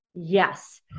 Yes